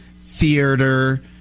theater